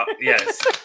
Yes